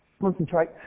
concentrate